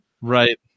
Right